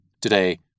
Today